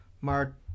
Mark